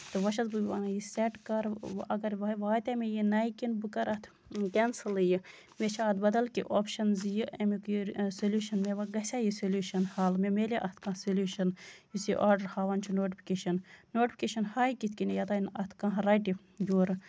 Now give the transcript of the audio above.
تہٕ وۄنۍ چھَس بہٕ وَنان یہِ سیٹ کر وۄنۍ واتے مےٚ یہِ نَرِ کِنہٕ بہٕ کرٕ اَتھ کٮ۪نسٔلٕے یہِ مےٚ چھےٚ بدل کیٚنہہ اوپشَن زِ یہِ اَمیُک یہِ سٔلوٗشَن وۄنۍ گژھیا یہِ سٔلوٗشَن حال مےٚ مِلیا اَتھ کانہہ سٔلوٗشَن یُس یہِ آرڈر ہاوان چھُ نوٹِفِکیشَن نوٹِفِکیشَن ہاوِ کِتھ کٔنۍ یوتام نہٕ اَتھ کانہہ رَٹہِ یورٕ